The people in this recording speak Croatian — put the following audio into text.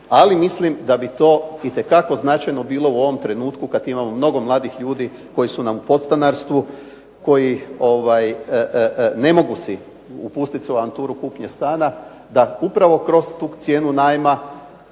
ali mislim da bi to itekako značajno bilo u ovom trenutku kad imamo mnogo mladih ljudi koji su nam u podstanarstvu, koji ne mogu upustiti se u avanturu kupnje stana da upravo kroz tu cijenu najma